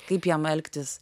kaip jam elgtis